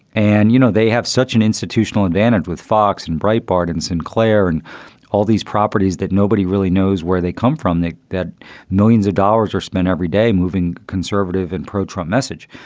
and, you know, they have such an institutional advantage with fox in bright, bart and sinclair and all these properties that nobody really knows where they come from, that millions of dollars are spent every day moving conservative and pro-trump message.